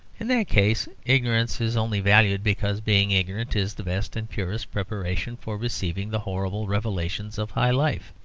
in that case, ignorance is only valued because being ignorant is the best and purest preparation for receiving the horrible revelations of high life.